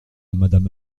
madame